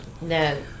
no